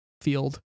field